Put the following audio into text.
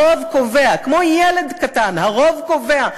הרוב קובע.